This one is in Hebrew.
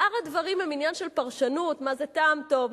שאר הדברים הם עניין של פרשנות, מה זה טעם טוב?